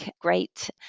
great